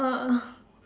oh oh